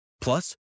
Plus